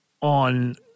on